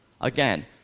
Again